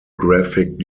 graphic